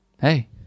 hey